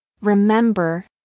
Remember